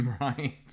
Right